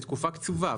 לתקופה קצובה,